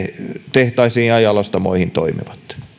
tehtaisiin ja jalostamoihin toimivat